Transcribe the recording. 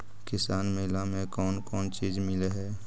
किसान मेला मे कोन कोन चिज मिलै है?